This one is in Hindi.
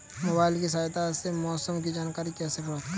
मोबाइल की सहायता से मौसम की जानकारी कैसे प्राप्त करें?